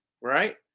right